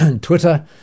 Twitter